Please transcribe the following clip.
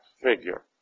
figure